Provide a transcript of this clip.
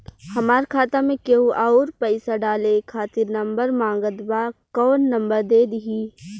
हमार खाता मे केहु आउर पैसा डाले खातिर नंबर मांगत् बा कौन नंबर दे दिही?